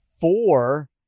four